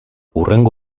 hurrengo